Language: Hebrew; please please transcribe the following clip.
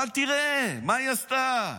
אבל תראה מה היא עשתה.